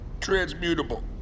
Transmutable